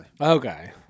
Okay